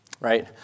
Right